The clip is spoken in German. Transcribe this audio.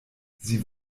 sie